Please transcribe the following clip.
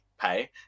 pay